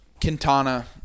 Quintana